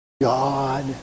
God